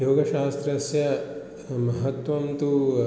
योगशास्त्रस्य महत्वं तु